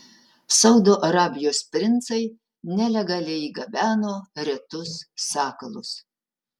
saudo arabijos princai nelegaliai gabeno retus sakalus